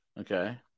Okay